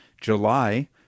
July